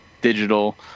digital